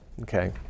okay